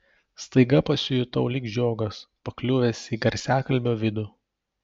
staiga pasijutau lyg žiogas pakliuvęs į garsiakalbio vidų